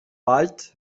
bald